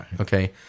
Okay